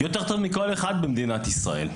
יותר טוב מכל אחד במדינת ישראל.